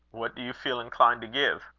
what do you feel inclined to give?